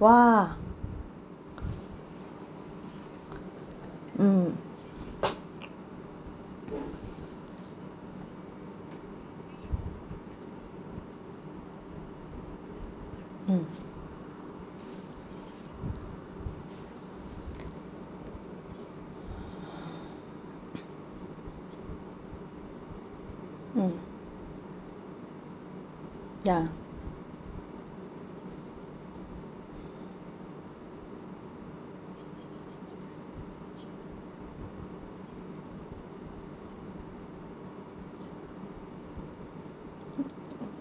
!wah! mm mm mm ya